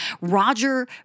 Roger